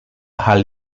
hal